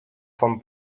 vom